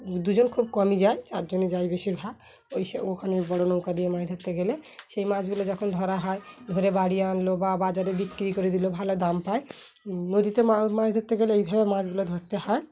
দুজন খুব কমই যায় চারজনই যায় বেশিরভাগ ওই সে ওখানে বড়ো নৌকা দিয়ে মাছ ধরতে গেলে সেই মাছগুলো যখন ধরা হয় ধরে বাড়ি আনলো বা বাজারে বিক্রি করে দিল ভালো দাম পায় নদীতে মা মাছ ধরতে গেলে এইভাবে মাছগুলো ধরতে হয়